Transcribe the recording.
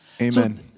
Amen